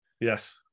Yes